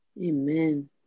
Amen